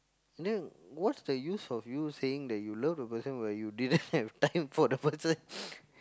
then what's the use of you saying that you love the person but you didn't have time for the person